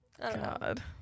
god